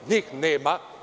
Njih nema.